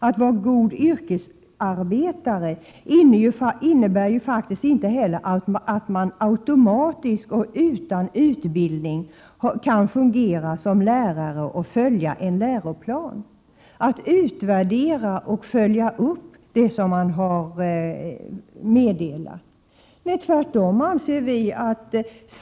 Att vara en god yrkesarbetare innebär inte heller att man automatiskt och utan utbildning kan fungera som lärare och följa en läroplan. Det handlar ju också om att utvärdera och följa upp den undervisning som man har meddelat.